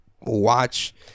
watch